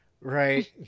Right